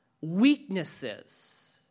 weaknesses